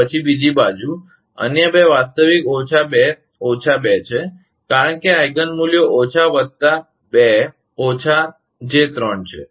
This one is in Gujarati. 0 પછી બીજું છે અન્ય બે વાસ્તવિક ઓછા 2 ઓછા 2 છે કારણ કે આઇગિન મૂલ્ય ઓછા 2 વત્તા ઓછા J3 છે